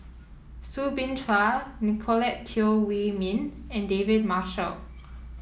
Soo Bin Chua Nicolette Teo Wei Min and David Marshall